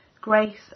grace